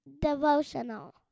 devotional